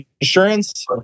insurance